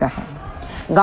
ƬS क्या है